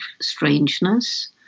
strangeness